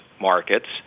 markets